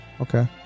Okay